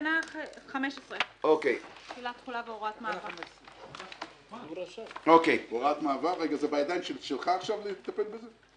תקנה 15. זה בידיים שלך לטפל בזה?